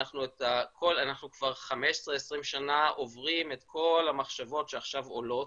אנחנו כבר 20-15 שנה עוברים את כל המחשבות שעכשיו עולות,